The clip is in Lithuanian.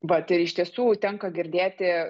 va tai iš tiesų tenka girdėti